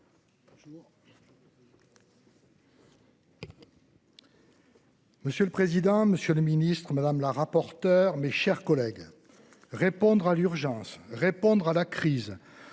Monsieur le président, Monsieur le Ministre, madame la rapporteure, mes chers collègues. Répondre à l'urgence, répondre à la crise.